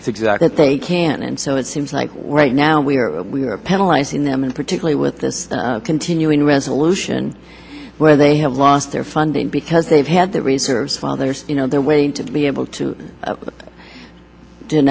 that's exactly what they can and so it seems like we're right now we're penalize in them and particularly with this continuing resolution where they have lost their funding because they've had the reserves fathers you know they're waiting to be able to do